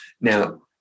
Now